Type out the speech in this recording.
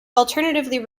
alternatively